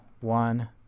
one